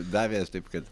davęs taip kad